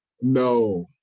No